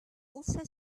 also